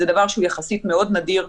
זה דבר שהוא יחסית מאוד נדיר,